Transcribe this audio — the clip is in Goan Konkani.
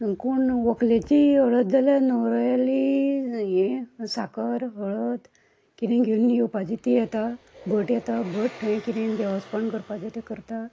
कोण व्हंकलेची हळद जाल्या नवऱ्याली हें साकर हळद कितें घेवन येवपाचें तें येता भट येता भट ठंय कितें देवस्पण करपाचें तें करता